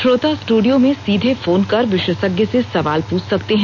श्रोता studio में सीधे फोन कर विशेषज्ञ से सवाल पूछ सकते हैं